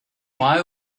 why